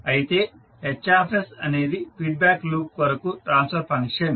అయితే H అనేది feedback loop కొరకు ట్రాన్స్ఫర్ ఫంక్షన్